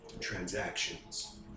transactions